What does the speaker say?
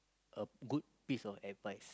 a good piece of advice